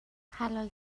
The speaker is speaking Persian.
حلال